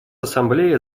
ассамблея